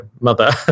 mother